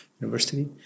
university